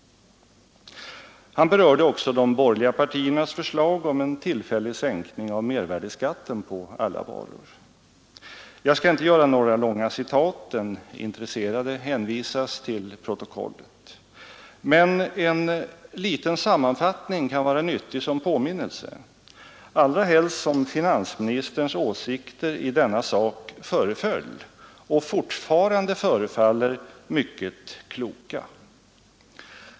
Han berörde också de borgerliga partiernas förslag om en tillfällig sänkning av mervärdeskatten på alla varor, Jag skall inte göra några långa citat — den intresserade hänvisas till protokollet. Men en liten sammanfattning kan vara nyttig som påminnelse, allra helst som finansministerns åsikter i denna sak föreföll — och fortfarande förefaller — mycket kloka.